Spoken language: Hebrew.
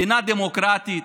מדינה דמוקרטית,